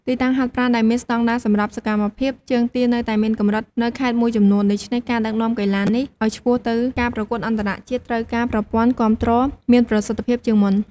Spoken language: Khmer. ទីតាំងហាត់ប្រាណដែលមានស្តង់ដារសម្រាប់សកម្មភាពជើងទានៅតែមានកម្រិតនៅខេត្តមួយចំនួន ដូច្នេះការដឹកនាំកីឡានេះឲ្យឆ្ពោះទៅការប្រកួតអន្តរជាតិ ត្រូវការប្រព័ន្ធគាំទ្រមានប្រសិទ្ធិភាពជាងមុន។